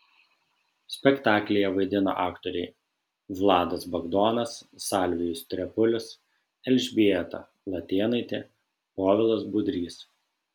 spektaklyje vaidina aktoriai vladas bagdonas salvijus trepulis elžbieta latėnaitė povilas budrys